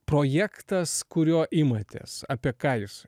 projektas kurio imatės apie ką jis